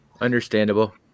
understandable